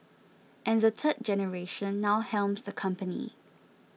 and the third generation now helms the company